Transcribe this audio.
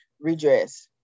redress